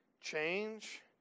change